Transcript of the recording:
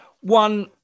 One